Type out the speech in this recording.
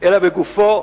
אלא בגופו,